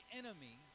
enemy